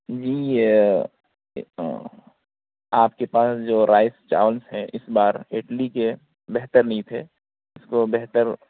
جی یہ آپ کے پاس جو رائس چاول ہے اِس بار اٹلی کے بہتر نہیں تھے اِس کو بہتر